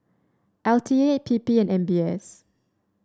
L T A P P and M B S